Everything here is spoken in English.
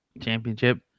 championship